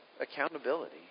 accountability